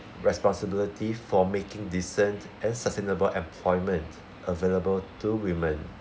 responsibility for making decent and sustainable employment available to women